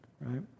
right